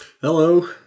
Hello